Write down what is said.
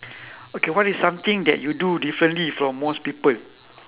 okay what is something that you do differently from most people